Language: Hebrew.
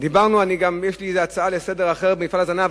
יש לי גם הצעה אחרת לסדר-היום על מפעל ההזנה,